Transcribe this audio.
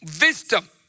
wisdom